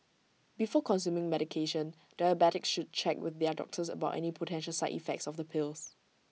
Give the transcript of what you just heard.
before consuming medication diabetics should check with their doctors about any potential side effects of the pills